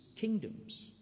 kingdoms